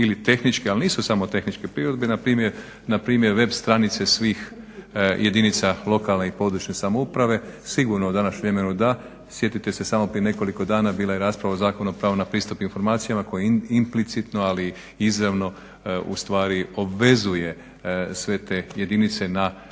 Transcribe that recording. ili tehničke, ali nisu samo tehničke prirode npr. web stranice svih jedinica lokalne i područne samouprave sigurno u današnjem vremenu da, sjetite se samo prije nekoliko dana bila je rasprava o Zakonu na pravo pristup informacijama koji implicitno, ali izravno ustvari obvezuje sve te jedinice na primjenu